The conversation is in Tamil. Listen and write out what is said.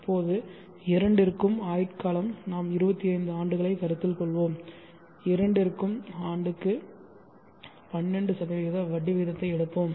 இப்போது இரண்டிற்கும் ஆயுட்காலம் நாம் 25 ஆண்டுகளை கருத்தில் கொள்வோம் இரண்டிற்கும் ஆண்டுக்கு 12 வட்டி விகிதத்தை எடுப்போம்